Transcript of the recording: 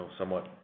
somewhat